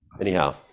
Anyhow